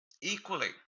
equally